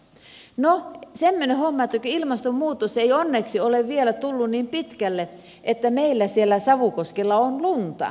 no semmoinen homma että toki ilmastonmuutos ei onneksi ole vielä tullut niin pitkälle että meillä siellä savukoskella on lunta